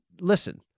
listen